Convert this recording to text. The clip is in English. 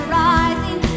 rising